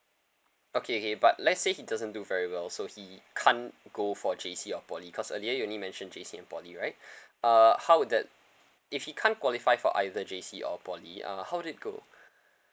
okay K but let's say he doesn't do very well so he can't go for J_C or poly cause earlier you only mention J_C and poly right uh how would that if he can't qualify for either J_C or poly uh how'd it go